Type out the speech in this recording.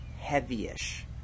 heavy-ish